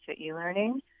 e-learning